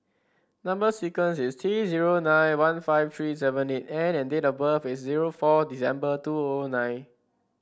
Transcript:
number sequence is T zero nine one five three seven eight N and date of birth is zero four December two O O nine